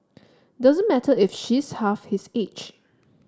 doesn't matter if she's half his age